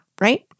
right